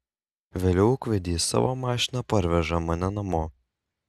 vėliau ūkvedys savo mašina parveža mane namo